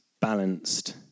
balanced